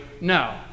no